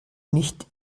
nicht